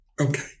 Okay